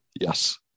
Yes